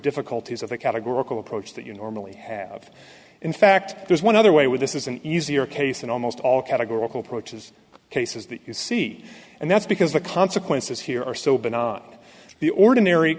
difficulties of the categorical approach that you normally have in fact there's one other way with this is an easier case in almost all categorical approaches cases that you see and that's because the consequences here are so been on the ordinary